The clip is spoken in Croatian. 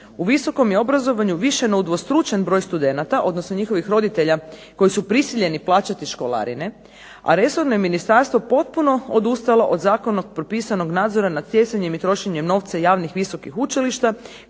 U visokom je obrazovanju više no udvostručen broj studenata, odnosno njihovih roditelja koji su prisiljeni plaćati školarine, a resorno je ministarstvo potpuno odustalo od zakonom propisanog nadzora nad stjecanjem i trošenjem novca javnih visokih učilišta,